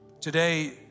Today